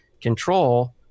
control